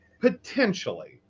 Potentially